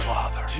Father